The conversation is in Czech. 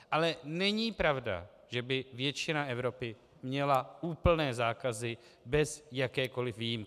Ale není pravda, že by většina Evropy měla úplné zákazy bez jakékoli výjimky.